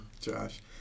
Josh